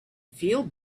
feel